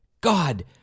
God